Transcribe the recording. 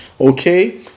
okay